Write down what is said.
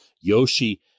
Yoshi